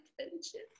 attention